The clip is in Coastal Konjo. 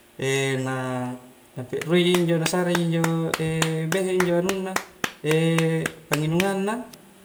na pekrui ji injo na sareji injo behe injo anunna panginungang na